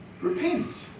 repent